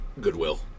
Goodwill